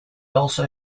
also